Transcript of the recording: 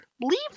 Leave